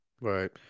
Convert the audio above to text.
Right